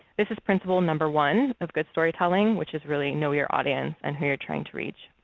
this is principal number one of good storytelling, which is really know your audience and who you're trying to reach.